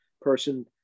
person